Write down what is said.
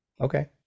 okay